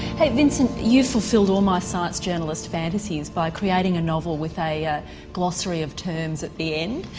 hey vincent, you fulfilled all my science journalist fantasies by creating a novel with a a glossary of terms at the end